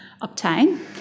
obtain